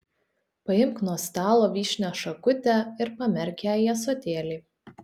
paimk nuo stalo vyšnios šakutę ir pamerk ją į ąsotėlį